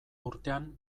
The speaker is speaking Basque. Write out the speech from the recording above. urtean